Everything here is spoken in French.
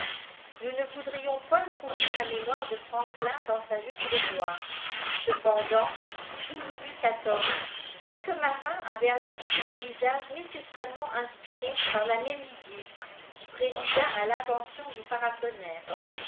nous ne voudrions point troubler la mémoire de francklin dans sa juste gloire cependant sous louis xiv quelques marins avaient adopté un usage nécessairement inspiré par la même idée qui présida à linvention du paratonnerre